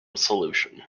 solution